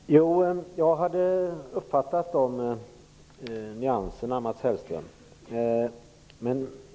Fru talman! Jag hade uppfattat nyanserna, Mats Hellström.